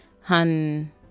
Han